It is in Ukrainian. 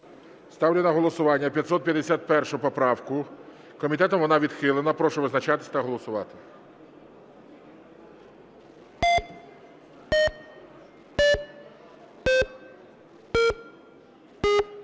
Ставлю на голосування 551 поправку. Комітетом вона відхилена. Прошу визначатись та голосувати.